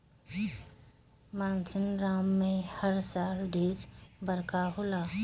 मासिनराम में हर साल ढेर बरखा होला